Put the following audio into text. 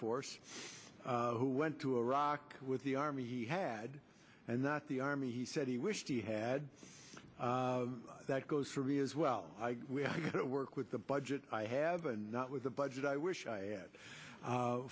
force who went to iraq with the army he had and that the army he said he wished he had that goes for me as well i work with the budget i have and not with the budget i wish i had